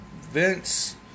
Vince